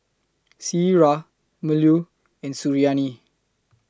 Syirah Melur and Suriani